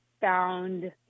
found